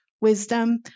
wisdom